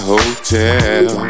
Hotel